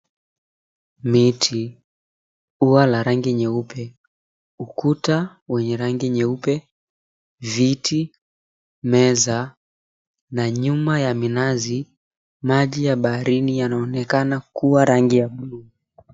Miti, ua la rangi nyeupe, ukuta wenye rangi nyeupe, viti, meza na nyuma ya minazi maji ya baharini yanaonekana kuwa rangi ya buluu.